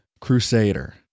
crusader